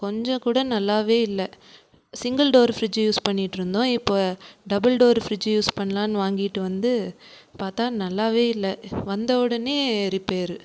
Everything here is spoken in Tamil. கொஞ்சம் கூட நல்லவே இல்ல சிங்கிள் டோர் ஃப்ரிட்ஜு யூஸ் பண்ணிட்டுருந்தோம் இப்போ டபுள் டோர் ஃப்ரிட்ஜு யூஸ் பண்ணலான்னு வாங்கிட்டு வந்து பார்த்தா நல்லவே இல்ல வந்த உடனே ரிப்பேரு